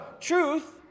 truth